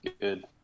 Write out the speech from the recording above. good